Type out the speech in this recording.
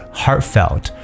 heartfelt